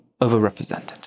overrepresented